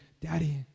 Daddy